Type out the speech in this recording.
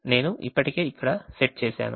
నేను ఇప్పటికే ఇక్కడ సెట్ చేసాను